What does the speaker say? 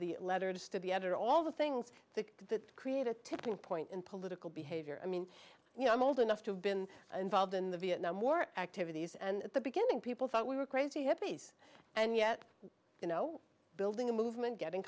the letters to be editor all the things i think that create a tipping point in political behavior i mean you know i'm old enough to have been involved in the vietnam war activities and at the beginning people thought we were crazy hippies and yet you know building a movement gettin